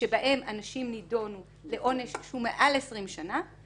שבהם אנשים נידונו לעונש שהוא מעל 20 שנים,